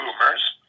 boomers